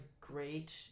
great